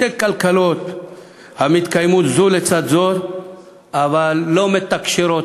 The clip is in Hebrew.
שתי כלכלות המתקיימות זו לצד זו, אבל לא מתַקשרות.